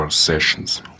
sessions